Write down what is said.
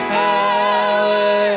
power